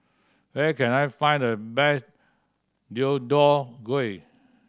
where can I find the best Deodeok Gui